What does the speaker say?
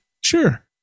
Sure